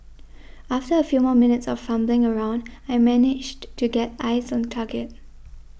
after a few more minutes of fumbling around I managed to get eyes on target